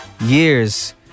years